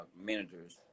managers